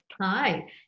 Hi